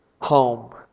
home